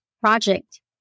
project